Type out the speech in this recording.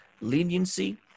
leniency